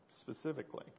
specifically